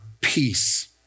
peace